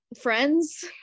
friends